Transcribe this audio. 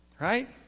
Right